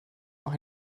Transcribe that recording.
noch